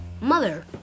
mother